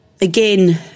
again